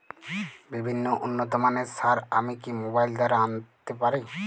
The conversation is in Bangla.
বিভিন্ন উন্নতমানের সার আমি কি মোবাইল দ্বারা আনাতে পারি?